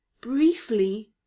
briefly